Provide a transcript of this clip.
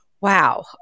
wow